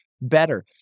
better